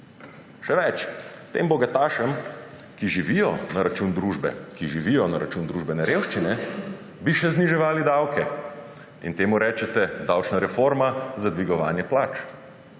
Še več, tem bogatašem, ki živijo na račun družbe, ki živijo na račun družbene revščine, bi še zniževali davke. In temu rečete davčna reforma za dvigovanje plač.